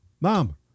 mom